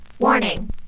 Warning